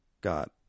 got